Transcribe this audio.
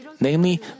namely